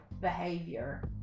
behavior